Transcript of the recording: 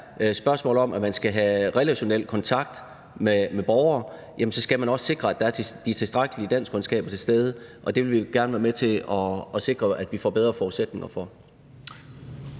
at i det omfang, man skal have relationel kontakt med borgere, så skal det også sikres, at der er de tilstrækkelige danskkundskaber til stede, og det vil vi gerne være med til at sikre at vi får bedre forudsætninger for.